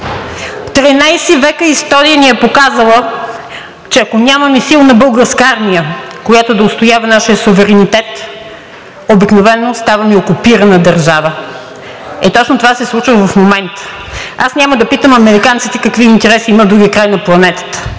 века история ни е показала, че ако нямаме силна българска армия, която да устоява нашия суверенитет, обикновено ставаме окупирана държава и точно това се случва в момента. Аз няма да питам американците какви интереси имат в другия край на планетата,